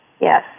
Yes